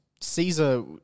Caesar